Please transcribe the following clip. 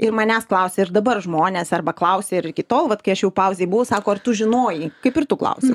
ir manęs klausė ir dabar žmonės arba klausė ir iki tol vat kai aš jau pauzėj buvau sako ar tu žinojai kaip ir tu klausi